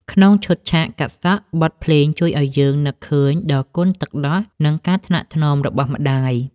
ក្នុងឈុតឆាកកាត់សក់ បទភ្លេងជួយឱ្យយើងនឹកឃើញដល់គុណទឹកដោះ និងការថ្នាក់ថ្នមរបស់ម្ដាយ។